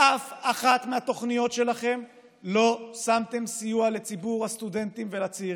באף אחת מהתוכניות שלכם לא שמתם סיוע לציבור הסטודנטים ולצעירים,